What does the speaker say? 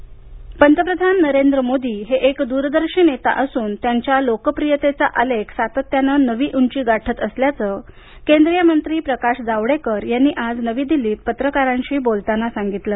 मोदी पंतप्रधान नरेंद्र मोदी हे एक दूरदर्शी नेता असून त्यांच्या लोकप्रियतेचा आलेख सातत्यानं नवी उंची गाठत असल्याचं केंद्रीय मंत्री प्रकाश जावडेकर यांनी आज नवी दिल्लीत पत्रकारांशी बोलताना सांगितलं